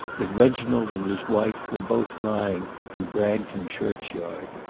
but reginald and his wife were both lying in bragton churchyard.